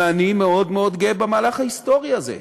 ואני מאוד מאוד גאה במהלך ההיסטורי הזה.